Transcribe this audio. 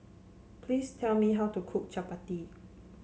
please tell me how to cook Chappati